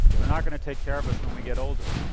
they're not going to take care of us when we get older.